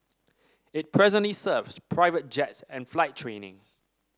it presently serves private jets and flight training